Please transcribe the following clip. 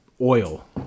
oil